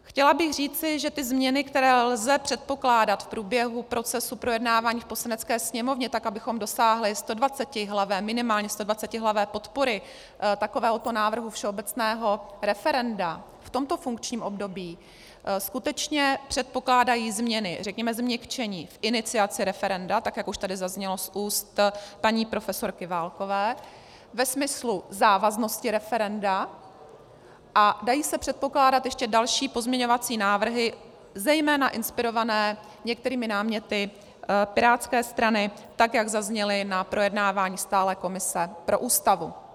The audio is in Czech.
Chtěla bych říci, že ty změny, které lze předpokládat v průběhu procesu projednávání v Poslanecké sněmovně, tak abychom dosáhli minimálně 120hlavé podpory takovéhoto návrhu všeobecného referenda v tomto funkčním období, skutečně předpokládají změny, řekněme změkčení v iniciaci referenda, tak jak tady už zaznělo z úst paní profesorky Válkové ve smyslu závaznosti referenda, a dají se předpokládat ještě další pozměňovací návrhy, zejména inspirované některými náměty pirátské strany, tak jak zazněly na projednávání stálé komise pro Ústavu.